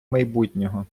майбутнього